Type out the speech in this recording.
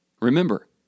Remember